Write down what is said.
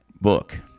book